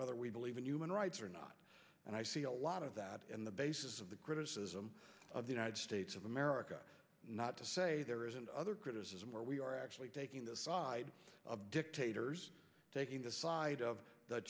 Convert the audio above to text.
whether we believe in human rights or not and i see a lot of that in the basis of the criticism of the united states of america not to say there isn't other criticism or we are actually taking the side of dictators taking the side of the